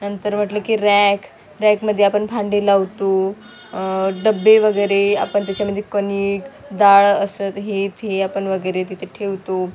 नंतर म्हटलं की रॅक रॅकमध्ये आपण भांडी लावतो डब्बे वगैरे आपण त्याच्यामध्ये कणीक डाळ असत हे थे आपण वगैरे तिथे ठेवतो